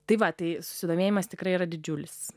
tai va tai susidomėjimas tikrai yra didžiulis